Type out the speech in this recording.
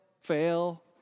fail